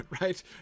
right